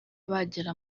bagera